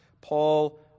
Paul